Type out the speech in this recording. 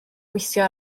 gweithio